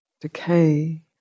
decay